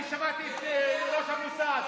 אני שמעתי את ראש המוסד,